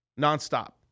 nonstop